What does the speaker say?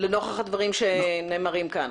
לנוכח הדברים שנאמרים כאן?